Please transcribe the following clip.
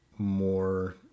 More